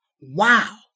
Wow